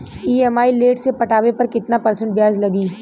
EMI late से पटावे पर कितना परसेंट ब्याज लगी?